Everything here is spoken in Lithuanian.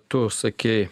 tu sakei